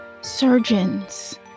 surgeons